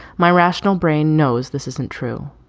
my rational brain knows this isn't true.